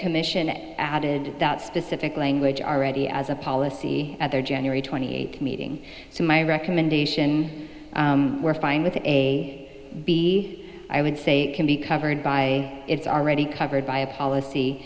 commission it added that specific language already as a policy at their january twenty eighth meeting so my recommendation we're fine with a b i would say can be covered by it's already covered by a policy